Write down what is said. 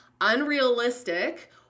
unrealistic